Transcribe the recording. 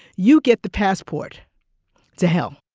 you get the passport to hell